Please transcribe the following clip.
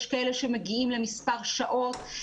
יש כאלה שמגיעים למספר שעות,